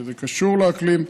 שזה קשור לאקלים,